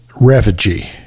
refugee